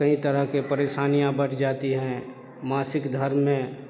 कई तरह के परेशनियाँ बढ़ जाती हैं मासिक धर्म में